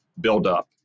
buildup